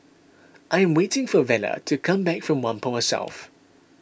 I am waiting for Vela to come back from Whampoa South